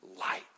light